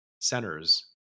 centers